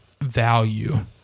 value